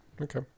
Okay